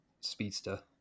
speedster